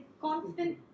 constant